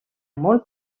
molt